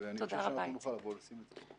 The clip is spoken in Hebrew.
ואני חושב שאנחנו נוכל לבוא ולשים את זה פה.